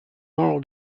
moral